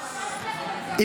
למעשה.